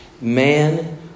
Man